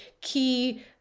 key